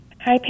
Hi